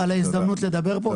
תודה רבה על ההזדמנות לדבר פה,